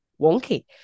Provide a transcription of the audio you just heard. wonky